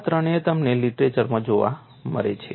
આ ત્રણેય તમને લીટરેચરમાં જોવા મળે છે